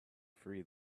free